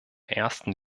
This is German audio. ersten